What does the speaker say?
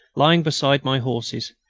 lying beside my horses.